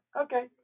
okay